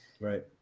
Right